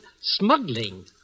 smuggling